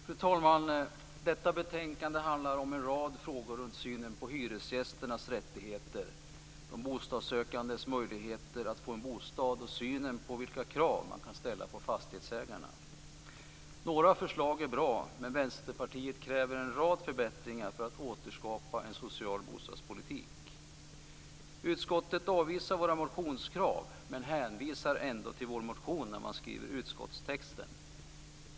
Fru talman! Detta betänkande handlar om en rad frågor om synen på hyresgästernas rättigheter, de bostadssökandes möjligheter att få en bostad och synen på vilka krav man kan ställa på fastighetsägarna. Några förslag är bra, men Vänsterpartiet kräver en rad förbättringar för att återskapa en social bostadspolitik. Utskottet avvisar våra motionskrav men hänvisar ändå till vår motion när man skriver utskottstexten.